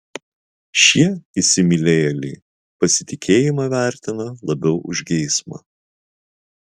šie įsimylėjėliai pasitikėjimą vertina labiau už geismą